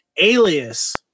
Alias